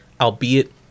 albeit